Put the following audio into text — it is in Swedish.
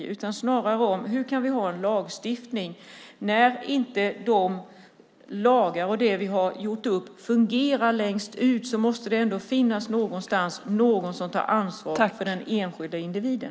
Det är snarare så här: När de lagar vi har gjort upp inte fungerar längst ut måste det ändå någonstans finnas någon som tar ansvar för den enskilda individen.